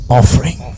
offering